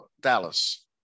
Dallas